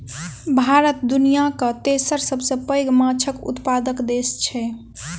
भारत दुनियाक तेसर सबसे पैघ माछक उत्पादक देस छै